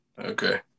Okay